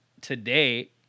today